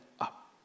up